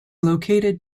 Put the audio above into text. located